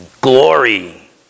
glory